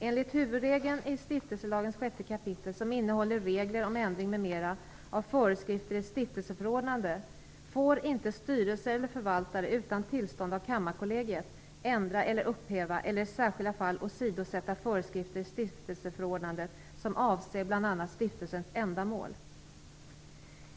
Enligt huvudregeln i stiftelselagens 6 kap, som innehåller regler om ändring m.m. av föreskrifter i ett stiftelseförordnande, får inte styrelse eller förvaltare utan tillstånd av Kammarkollegiet ändra eller upphäva eller i särskilt fall åsidosätta föreskrifter i stiftelseförordnandet som avser bl.a. stiftelsens ändamål.